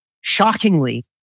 shockingly